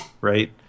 right